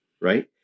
right